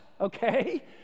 okay